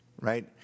right